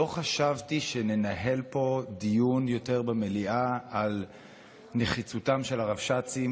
לא חשבתי שננהל פה דיון יותר במליאה על נחיצותם של הרבש"צים